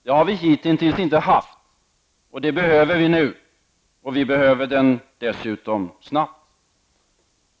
Det har vi hittills inte haft, men vi behöver det nu och dessutom snabbt.